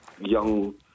young